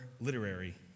literary